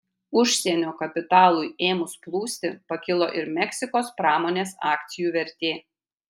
užsienio kapitalui ėmus plūsti pakilo ir meksikos pramonės akcijų vertė